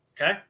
Okay